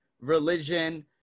religion